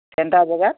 centre জেগাত